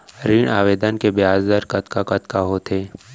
ऋण आवेदन के ब्याज दर कतका कतका होथे?